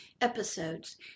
episodes